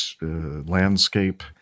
landscape